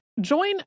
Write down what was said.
Join